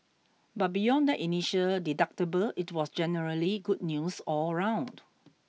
but beyond that initial deductible it was generally good news all round